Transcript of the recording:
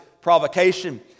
provocation